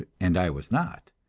and i was not.